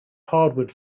hardwood